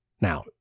Now